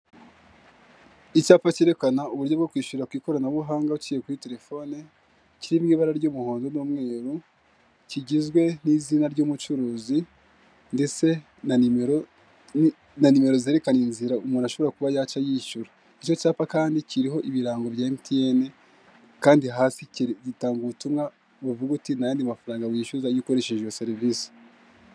Icyapa cyerekana uburyo bwo kwishyura ku ikoranabuhanga uciye kuri telefone, kirimo ibara ry'umuhondo n'umweru, kigizwe n'izina ry'umucuruzi ndetse na nimero na nimero zekana inzira umuntu ashobora kuba yaca yishyura, icyo cyapa kandi kiriho ibirango bya emutiyene, kandi hasi gitanga ubutumwa buvuga uti nta yandi mafaranga wishyuza iyo ukoresheje iyo serivisi.